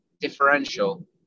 differential